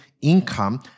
income